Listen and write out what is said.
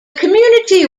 community